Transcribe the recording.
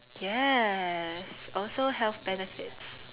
yes also health benefits